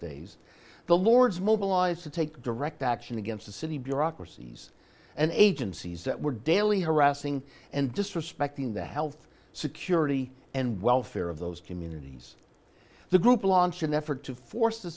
days the lords mobilized to take direct action against the city bureaucracies and agencies that were daily harassing and disrespecting the health security and welfare of those communities the group launch an effort to force the